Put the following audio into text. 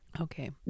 Okay